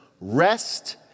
rest